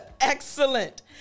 Excellent